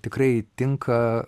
tikrai tinka